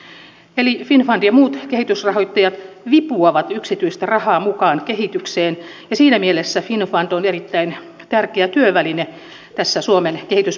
eli finnfund ja muut kehitysrahoittajat vipuavat yksityistä rahaa mukaan kehitykseen ja siinä mielessä finnfund on erittäin tärkeä työväline tässä suomen kehityspolitiikassa